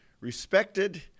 respected